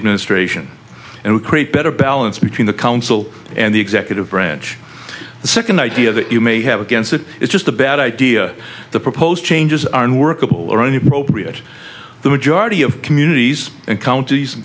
administration and create better balance between the council and the executive branch the second idea that you may have against it is just a bad idea the proposed changes are unworkable or any opiate the majority of communities and counties